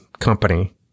company